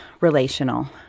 relational